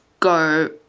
go